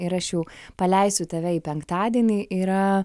ir aš jau paleisiu tave į penktadienį yra